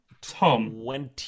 Tom